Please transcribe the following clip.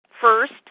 First